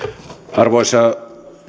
arvoisa